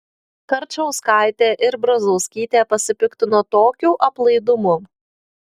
karčauskaitė ir brazauskytė pasipiktino tokiu aplaidumu